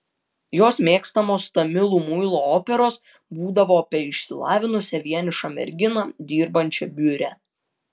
jos mėgstamos tamilų muilo operos būdavo apie išsilavinusią vienišą merginą dirbančią biure